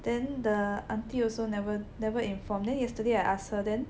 then the aunty also never never inform then yesterday I ask her then